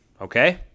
Okay